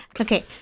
Okay